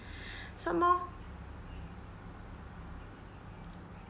some more